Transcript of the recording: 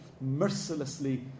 mercilessly